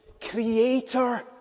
Creator